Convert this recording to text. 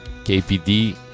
KPD